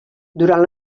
durant